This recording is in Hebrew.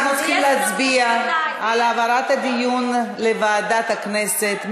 אנחנו צריכים להצביע על העברת הדיון לוועדת הכנסת.